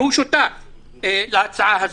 והוא שותף להצעה הזאת.